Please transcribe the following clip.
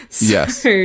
Yes